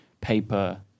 paper